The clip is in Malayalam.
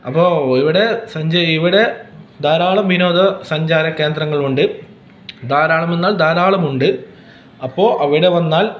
അപ്പോൾ ഇവിടെ സഞ്ചരത്തിനായി ഇവിടെ ധാരാളം വിനോദ സഞ്ചാര കേന്ദ്രങ്ങളുണ്ട് ധാരാളമെന്നാൽ ധാരാളമുണ്ട് അപ്പോൾ അവിടെ വന്നാൽ